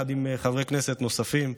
יחד עם חברי כנסת נוספים,